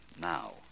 now